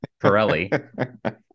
Pirelli